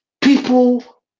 people